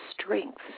strengths